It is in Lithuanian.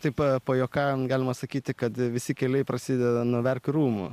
taip pajuokaujant galima sakyti kad visi keliai prasideda nuo verkių rūmų